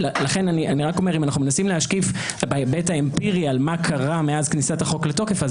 לכן אם אנו מנסים להשקיף בהיבט האמפירי על מה קרה מאז כניסת החוק לתוקף,